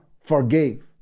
forgave